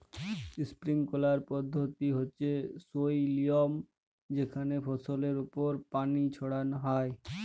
sprinkler পদ্ধতি হচ্যে সই লিয়ম যেখানে ফসলের ওপর পানি ছড়ান হয়